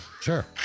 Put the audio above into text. Sure